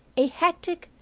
a hectic,